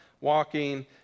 walking